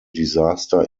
disaster